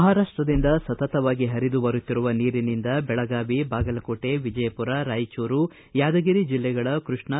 ಮಹಾರಾಷ್ಟದಿಂದ ಸತತವಾಗಿ ಹರಿದುಬರುತ್ತಿರುವ ನೀರಿನಿಂದ ಬೆಳಗಾವಿ ಬಾಗಲಕೋಟ ವಿಜಯಪುರ ರಾಯಚೂರು ಯಾದಗಿರಿ ಜಿಲ್ಲೆಗಳ ಕೃಷ್ಣಾ